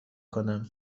کنم